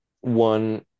One